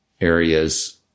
areas